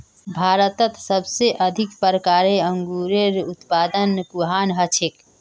भारतत सबसे अधिक प्रकारेर अंगूरेर उत्पादन कुहान हछेक